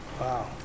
Wow